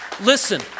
Listen